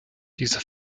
diese